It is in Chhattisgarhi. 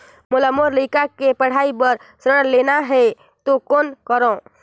मोला मोर लइका के पढ़ाई बर ऋण लेना है तो कौन करव?